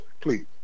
please